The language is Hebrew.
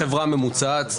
לחברה ממוצעת.